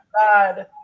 god